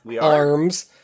arms